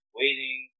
waiting